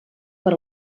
per